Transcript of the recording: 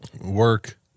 work